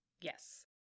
Yes